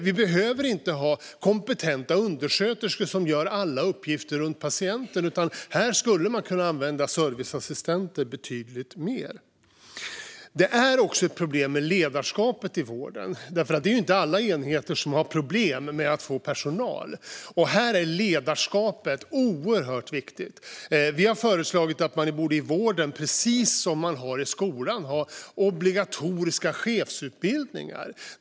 Det behöver inte vara kompetenta undersköterskor som gör alla uppgifter runt patienter, utan man skulle kunna använda serviceassistenter betydligt mer. Det finns också problem med ledarskapet i vården. Det är inte alla enheter som har problem med att få personal, och här är ledarskapet oerhört viktigt. Vi har föreslagit att man i vården, precis som i skolan, ska ha obligatoriska chefsutbildningar.